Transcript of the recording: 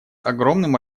огромным